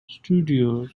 studios